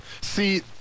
See